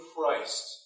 Christ